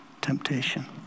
temptation